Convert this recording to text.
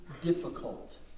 difficult